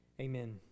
Amen